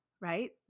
right